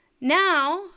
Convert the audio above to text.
Now